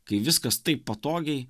kai viskas taip patogiai